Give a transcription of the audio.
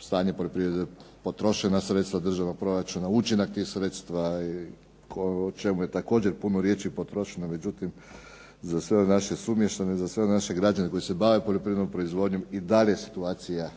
stanje poljoprivrede, utrošena sredstva državnog proračuna, učinak tih sredstva pri čemu je također puno riječi potrošeno, međutim, za sve naše sumještane za sve naše građane koji se bave poljoprivrednom proizvodnjom i dalje je situacija